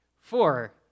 Four